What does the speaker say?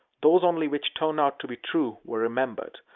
those only which turned out to be true were remembered,